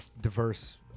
diverse